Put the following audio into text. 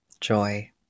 joy